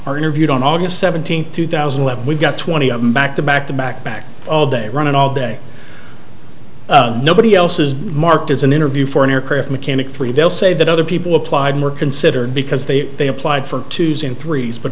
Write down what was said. are interviewed on august seventeenth two thousand we've got twenty of them back to back to back back all day running all day nobody else is marked as an interview for an aircraft mechanic three they'll say that other people applied were considered because they they applied for twos and threes but